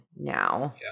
now